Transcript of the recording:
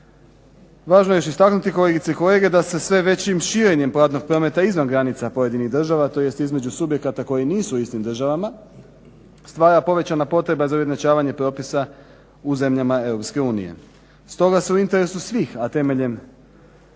Važno je još istaknuti kolegice i kolege da se sve većim širenjem platnog prometa izvan granica pojedinih država, tj. između subjekata koji nisu u istim državama, stvara povećana potreba za ujednačavanje propisa u zemljama Europske unije. Stoga, su u interesu svih, a temeljem